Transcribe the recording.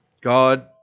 God